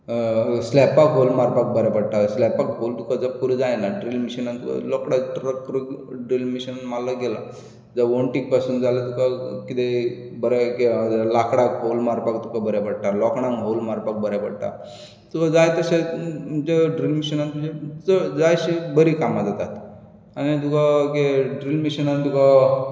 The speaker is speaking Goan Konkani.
स्लॅबाक होल मारपाक बऱ्याक पडटा स्लॅबाक होल जर तुका करपाक जायना ड्रील मॅशीनान रोखडेच होल मारलो गेलो जावं वणटीक पसून जाय जाल्यार तुका कितें एक बरें लांकडाक होल मारपाक तुका बऱ्याक पडटा लोखंडाक होल मारपाक बऱ्याक पडटा तुका जाय तशें म्हणजे ड्रील मॅशीनान तुका जाय तशीं कामां जातात आनी ड्रील मॅशीनान तुका